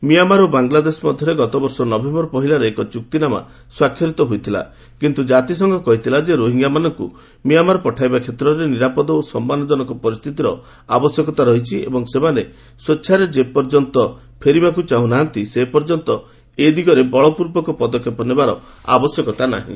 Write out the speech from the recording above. Myanmar ଓ ବଙ୍ଗଳାଦେଶ ମଧ୍ୟରେ ଗତବର୍ଷ ନଭେମ୍ବର ପହିଲାରେ ଏକ ଚୁକ୍ତିନାମା ସ୍ୱାକ୍ଷରିତ ହୋଇଥିଲା କିନ୍ତୁ ଜାତିସଂଘ କହିଥିଲା ଯେ ରୋହିଙ୍ଗ୍ୟାମାନଙ୍କୁ ମ୍ୟାଁମାର ପଠାଇବା କ୍ଷେତ୍ରରେ ନିରାପଦ ଓ ସମ୍ମାନଜନକ ପରିସ୍ଥିତିର ଆବଶ୍ୟକତା ରହିଛି ଏବଂ ସେମାନେ ସ୍ପେଚ୍ଛାରେ ଯେପର୍ଯ୍ୟନ୍ତ ଫେରିଯିବାକୁ ଚାହୁଁନାହାନ୍ତି ସେପର୍ଯ୍ୟନ୍ତ ଏ ଦିଗରେ ବଳପୂର୍ବକ ପଦକ୍ଷେପ ନେବାର ଆବଶ୍ୟକତା ନାହିଁ